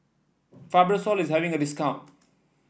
Fibrosol is having a discount